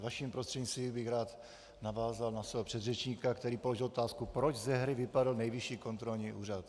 Vaším prostřednictvím bych rád navázal na svého předřečníka, který položil otázku, proč ze hry vypadl Nejvyšší kontrolní úřad.